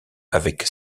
avec